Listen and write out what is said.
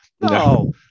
no